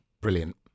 Brilliant